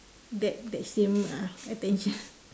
that that same uh attention